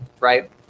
Right